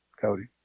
Cody